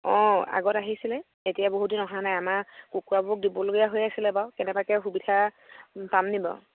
অঁ আগত আহিছিলে এতিয়া বহুত দিন অহা নাই আমাৰ কুকুৰাবোৰক দিবলগীয়া হৈ আছিলে বাৰু কেনেবাকৈ সুবিধা পাম নেকি বাৰু